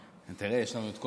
יש לנו את כל הלילה פה,